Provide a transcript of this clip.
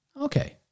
Okay